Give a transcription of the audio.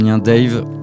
Dave